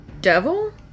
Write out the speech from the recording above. devil